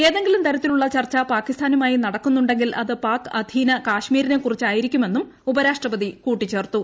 ഏതെങ്കിലും തരത്തിലുള്ള ചർച്ച ഇന്ത്യ പാകിസ്ഥാനുമായി നടക്കുന്നുങ്കിൽ അത് പാക് അധീന കാശ്മീരിനെ കുറിച്ചായിരിക്കുമെന്നും ഉപരാഷ്ട്രപതി കൂട്ടിച്ചേർത്തു